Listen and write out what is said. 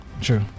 True